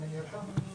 אני אדריכל ברשות